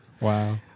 Wow